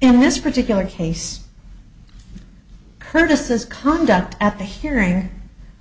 in this particular case curtis's conduct at the hearing